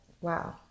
wow